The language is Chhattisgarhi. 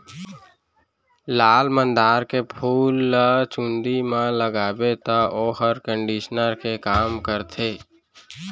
लाल मंदार के फूल ल चूंदी म लगाबे तौ वोहर कंडीसनर के काम करथे